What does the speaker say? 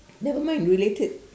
nevermind related